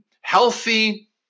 healthy